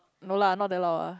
no lah not that loud ah